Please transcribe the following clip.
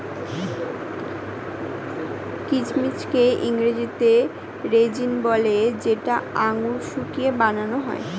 কিচমিচকে ইংরেজিতে রেজিন বলে যেটা আঙুর শুকিয়ে বানান হয়